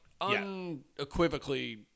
unequivocally